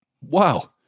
Wow